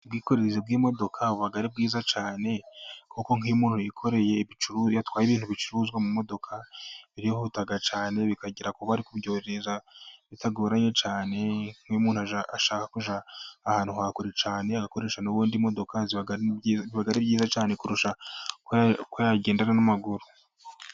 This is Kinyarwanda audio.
Ubwikorezi bw'imodoka buba ari bwiza cyane kuko nk'iyo yatwaye ibicuruzwa mu modoka birihuta cyane bikagera kubo ari kubyoherere bitagoranye cyane, umuntu ushaka kujya ahantu ha kure cyane agakoresha n'ubundi imodoka biba ari byiza cyane kurusha uko yagenda n'amaguru.